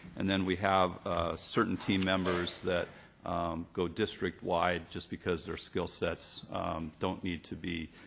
and then we have certain team members that go district-wide just because their skill sets don't need to be